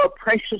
precious